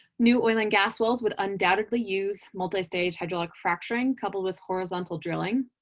new oil and gas wells would undoubtedly use multi-stage hydraulic fracturing coupled with horizontal drilling,